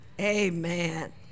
Amen